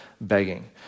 begging